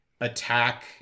attack